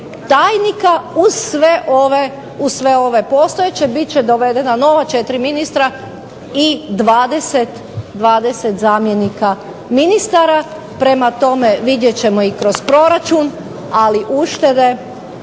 tajnika, uz sve ove postojeće biti će dovedena nova 4 ministra i 20 zamjenika ministara, prema tome, vidjet ćemo i kroz proračun ali uštede